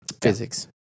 physics